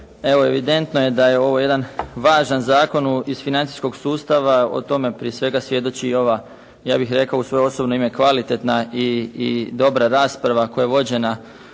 evidentno je da je ovo jedan važan zakon iz financijskog sustava. O tome prije svega svjedoči i ova ja bih rekao u svoje osobno ime kvalitetna i dobra rasprava koja je vođena